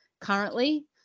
currently